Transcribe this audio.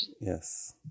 yes